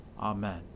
Amen